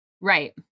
Right